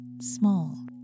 small